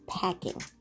packing